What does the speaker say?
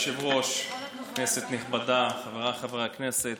אדוני היושב-ראש, כנסת נכבדה, חבריי חברי הכנסת,